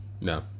no